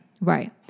Right